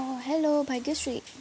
অ' hello Bhagyashree